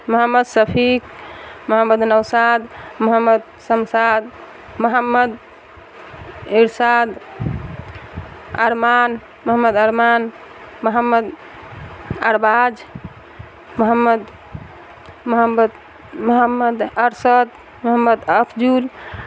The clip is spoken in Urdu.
محمد شفیق محمد نوشاد محمد شمشاد محمد ارشاد ارمان محمد ارمان محمد ارباز محمد محمد محمد ارشد محمد افضل